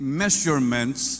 measurements